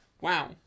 Wow